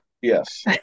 yes